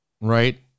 right